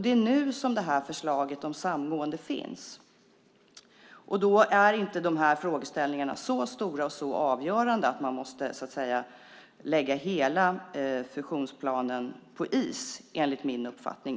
Det är nu som förslaget om samgående finns. De här frågeställningarna är inte så stora och avgörande att man måste lägga hela fusionsplanen på is, enligt vår uppfattning.